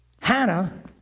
Hannah